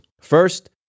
First